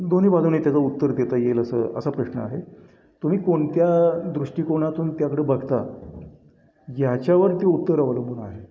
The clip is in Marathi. दोन्ही बाजूंनी त्याचं उत्तर देता येईल असं असा प्रश्न आहे तुम्ही कोणत्या दृष्टिकोनातून त्याकडं बघता याच्यावर ते उत्तर अवलंबून आहे